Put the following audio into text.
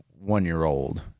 one-year-old